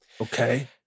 Okay